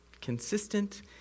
Consistent